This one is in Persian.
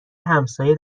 همسایه